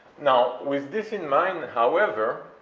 now, with this in mind, however,